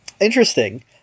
interesting